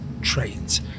trains